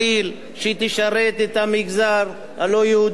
שתשרת את המגזר הלא-יהודי כולו,